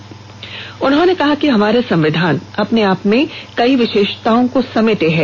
उन्होंने कहा कि हमारा संविधान अपने आप में कई विशेषताओं को समेटे हुए हैं